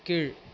கீழ்